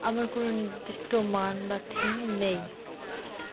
আমার কোনো নির্দিষ্ট মান বা থিম নেই